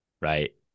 right